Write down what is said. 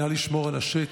נא לשמור על השקט,